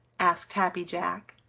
asked happy jack,